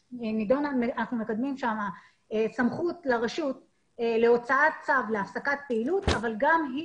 אנחנו מקדמים שם סמכות לרשות להוצאת צו להפסקת פעילות אבל גם היא